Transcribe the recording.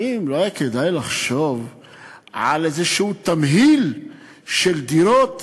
האם לא היה כדאי לחשוב על איזשהו תמהיל של דירות